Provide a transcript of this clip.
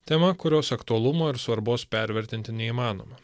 tema kurios aktualumo ir svarbos pervertinti neįmanoma